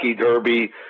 Derby